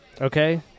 Okay